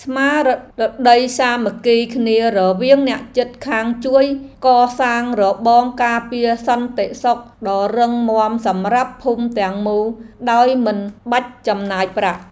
ស្មារតីសាមគ្គីគ្នារវាងអ្នកជិតខាងជួយកសាងរបងការពារសន្តិសុខដ៏រឹងមាំសម្រាប់ភូមិទាំងមូលដោយមិនបាច់ចំណាយប្រាក់។